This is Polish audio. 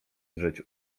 drżeć